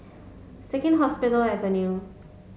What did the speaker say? Second Hospital Avenue